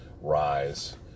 rise